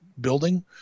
building